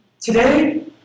Today